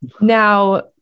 Now